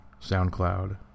SoundCloud